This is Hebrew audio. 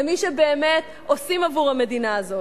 למי שבאמת עושים עבור המדינה הזאת.